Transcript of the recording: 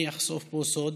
אני אחשוף פה סוד,